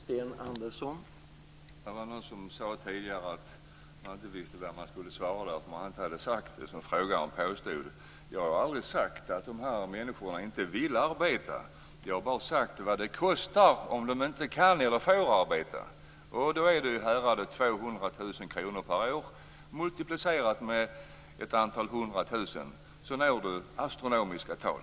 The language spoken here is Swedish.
Herr talman! Det var någon här tidigare som sade att han inte visste vad han skulle svara därför att han inte hade sagt det som frågaren påstod. Jag har aldrig sagt att de här människorna inte vill arbeta. Jag har bara talat om vad det kostar om de inte kan eller får arbeta. Om man multiplicerar 200 000 kr med ett antal hundratusen, så når man astronomiska tal.